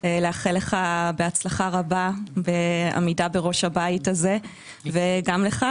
לאחל לך בהצלחה רבה בעמידה בראש הבית הזה, וגם לך